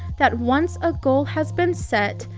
that once a goal has been set,